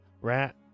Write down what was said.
rat